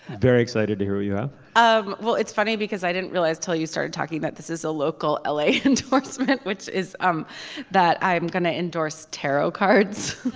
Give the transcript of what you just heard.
very excited to hear yeah um well it's funny because i didn't realize till you started talking that this is a local l a. and talks which is um that i'm going to endorse tarot cards.